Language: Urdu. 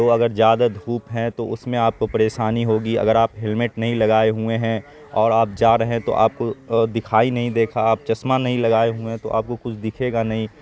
تو اگر زیادہ دھوپ ہے تو اس میں آپ کو پریشانی ہوگی اگر آپ ہیلمٹ نہیں لگائے ہوئے ہیں اور آپ جا رہے ہیں تو آپ کو دکھائی نہیں دیگا آپ چشمہ نہیں ہوئے ہیں تو آپ کو کچھ دکھے گا نہیں